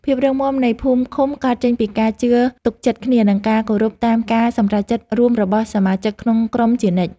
ភាពរឹងមាំនៃភូមិឃុំកើតចេញពីការជឿទុកចិត្តគ្នា និងការគោរពតាមការសម្រេចចិត្តរួមរបស់សមាជិកក្នុងក្រុមជានិច្ច។